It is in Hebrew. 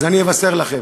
אז אני אבשר לכם: